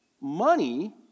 money